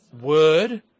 Word